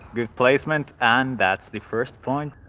good placement, and that's the first point.